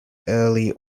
early